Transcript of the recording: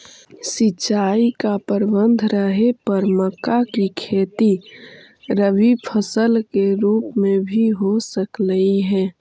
सिंचाई का प्रबंध रहे पर मक्का की खेती रबी फसल के रूप में भी हो सकलई हे